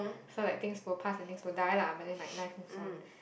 so like things will pass and things will die lah but then like life moves on